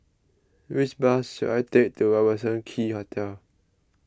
which bus should I take to Robertson Quay Hotel